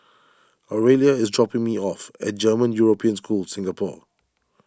Orelia is dropping me off at German European School Singapore